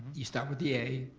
you start with the a,